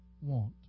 want